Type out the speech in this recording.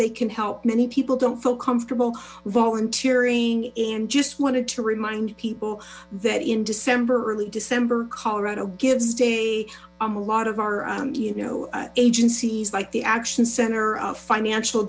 they can help many people don't feel comfortable volunteering and just wanted to remind people that in december early december colorado gives day a lot o our you know agencies like the action center of financial